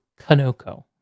Kanoko